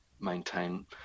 maintain